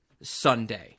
Sunday